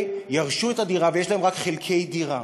ירשו את הדירה ויש להם רק חלקי דירה.